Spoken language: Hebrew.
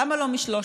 למה לא מ-300?